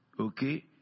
Okay